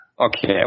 Okay